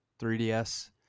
3ds